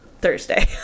Thursday